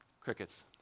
Crickets